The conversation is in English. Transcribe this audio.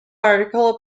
article